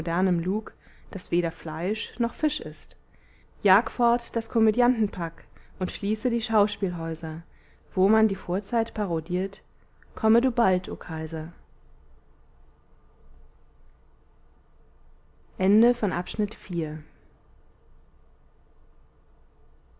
lug das weder fleisch noch fisch ist jag fort das komödiantenpack und schließe die schauspielhäuser wo man die vorzeit parodiert komme du bald o kaiser